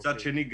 מצד שני,